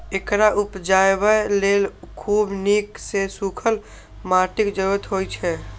एकरा उपजाबय लेल खूब नीक सं सूखल माटिक जरूरत होइ छै